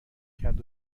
کرد